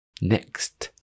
Next